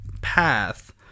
path